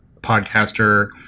podcaster